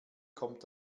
kommt